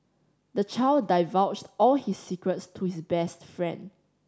the child divulged all his secrets to his best friend